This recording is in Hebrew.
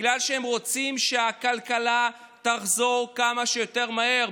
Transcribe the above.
בגלל שהם רוצים שהכלכלה תחזור כמה שיותר מהר.